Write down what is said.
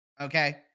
okay